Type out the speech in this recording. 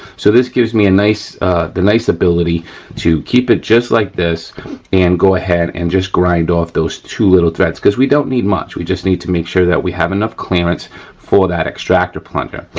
so this gives me the nice ability to keep it just like this and go ahead and just grind off those two little threads cause we don't need much. we just need to make sure that we have enough clearance for that extractor plunger.